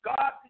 God